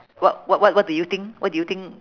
what what what what do you think what do you think